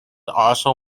also